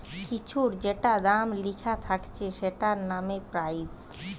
কিছুর যেটা দাম লিখা থাকছে সেটা মানে প্রাইস